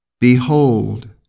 Behold